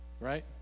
Right